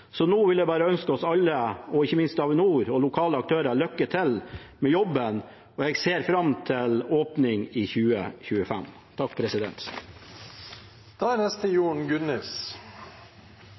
Så nå vil jeg bare ønske oss alle og ikke minst Avinor og lokale aktører lykke til med jobben, og jeg ser fram til åpning i 2025.